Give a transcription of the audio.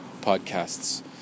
podcasts